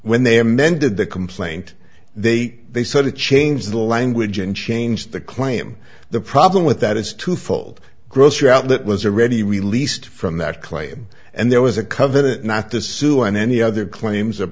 when they amended the complaint they they said to change the language and change the claim the problem with that is twofold gross you out that was already released from that claim and there was a covenant not to sue on any other claims